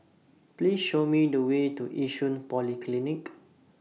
Please Show Me The Way to Yishun Polyclinic